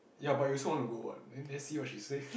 ya but you also want to go what then see what she say